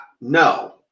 No